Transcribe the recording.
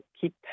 keep